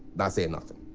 not saying nothing.